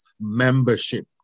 membership